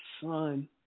son